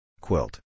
Quilt